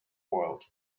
world